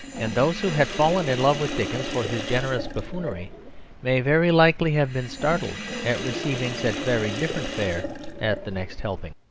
and those who had fallen in love with dickens for his generous buffoonery may very likely have been startled at receiving such very different fare at the next helping.